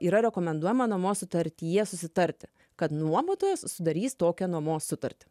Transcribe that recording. yra rekomenduojama nuomos sutartyje susitarti kad nuomotojas sudarys tokią nuomos sutartį